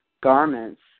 garments